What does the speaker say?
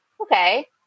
okay